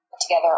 together